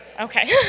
okay